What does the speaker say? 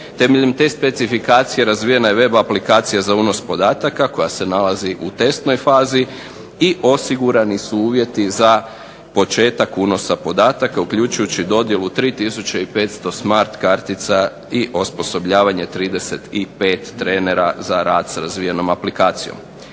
Temeljem te specifikacije razvijena je web aplikacija za unos podataka koja se nalazi u testnoj fazi i osigurani su uvjeti za početak unosa podataka uključujući i dodjelu 3500 smart kartica i osposobljavanje 35 trenera za rad sa razvijenom aplikacijom.